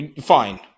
Fine